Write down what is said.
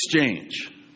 exchange